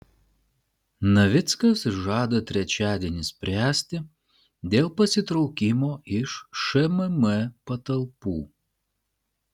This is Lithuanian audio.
navickas žada trečiadienį spręsti dėl pasitraukimo iš šmm patalpų